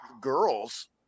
girls